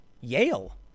Yale